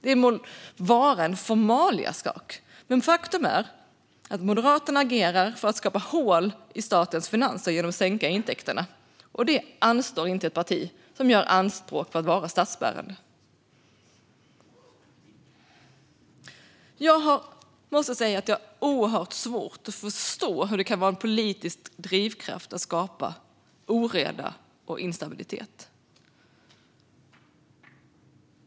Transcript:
Det må vara formalia, men faktum är att Moderaterna agerar för att skapa hål i statens finanser genom att sänka intäkterna. Detta anstår inte ett parti som gör anspråk på att vara statsbärande. Jag måste säga att jag har oerhört svårt att förstå hur det kan vara en politisk drivkraft att skapa oreda och instabilitet.